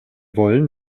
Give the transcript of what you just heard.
wollen